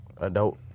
Adult